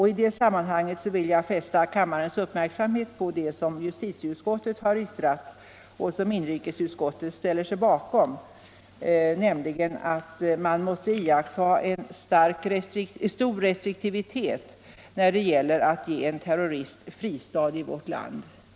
I detta sammanhang vill jag fästa kammarens uppmärksamhet på det som justitieutskottet yttrat och som inrikesutskottet ställer sig bakom, nämligen att man måste iaktta stor restriktivitet när det gäller att ge en terrorist fristad i vårt land.